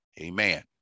amen